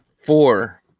Four